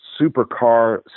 supercar